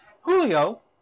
Julio